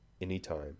anytime